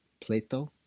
Plato